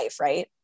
right